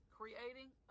creating